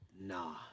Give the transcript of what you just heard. nah